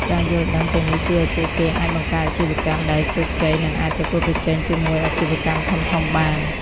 ការយល់ដឹងទាំងនេះជួយឱ្យពួកគេអាចបង្កើតអាជីវកម្មដែលជោគជ័យ និងអាចប្រកួតប្រជែងជាមួយអាជីវកម្មធំៗបាន។